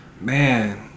man